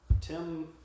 Tim